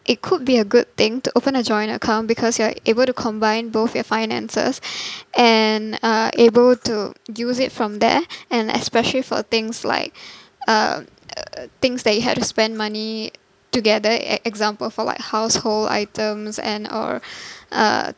it could be a good thing to open a joint account because you are able to combine both your finances and are able to use it from there and especially for a things like uh uh things that you have to spend money together e~ example for like household items and or uh